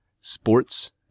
sports